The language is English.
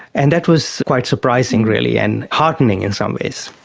and that was quite surprising really and heartening in some ways.